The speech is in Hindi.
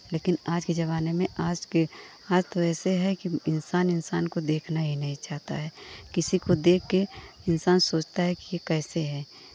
लेकिन आज के ज़माने में आज के आज तो ऐसे है कि इंसान इंसान को देखना ही नहीं चाहता है किसी को देख के इंसान सोचता है कि ये कैसे है